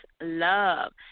love